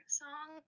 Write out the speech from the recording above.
song